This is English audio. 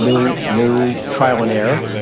new new trial and error,